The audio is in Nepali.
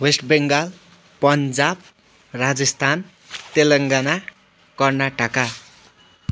वेस्ट बङ्गाल पन्जाब राजस्थान तेलङ्गाना कर्नाटका